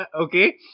Okay